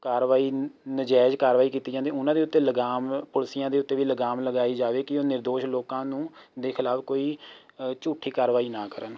ਕਾਰਵਾਈ ਨਾਜਾਇਜ਼ ਕਾਰਵਾਈ ਕੀਤੀ ਜਾਂਦੀ ਹੈ ਉਹਨਾਂ ਦੇ ਉੱਤੇ ਲਗਾਮ ਪੁਲਿਸੀਆਂ ਦੇ ਉੱਤੇ ਵੀ ਲਗਾਮ ਲਗਾਈ ਜਾਵੇ ਕਿ ਉਹ ਨਿਰਦੋਸ਼ ਲੋਕਾਂ ਨੂੰ ਦੇ ਖਿਲਾਫ਼ ਕੋਈ ਝੁੱਠੀ ਕਾਰਵਾਈ ਨਾ ਕਰਨ